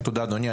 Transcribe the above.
תודה אדוני.